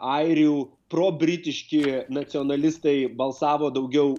airių probritiški nacionalistai balsavo daugiau